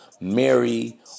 Mary